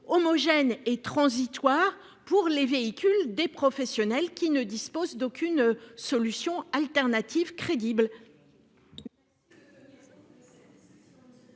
homogène et transitoire pour les véhicules des professionnels ne disposant d'aucune solution alternative crédible.